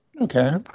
Okay